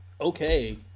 okay